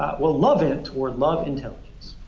well, loveint, or love intelligence,